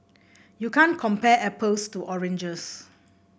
you can't compare apples to oranges